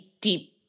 deep